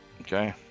Okay